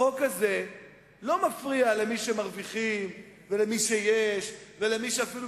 החוק הזה לא מפריע למי שמרוויחים, ולמי שיש להם,